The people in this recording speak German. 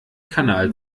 kanal